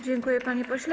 Dziękuję, panie pośle.